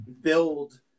build